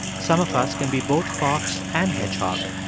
some of us can be both fox and hedgehog.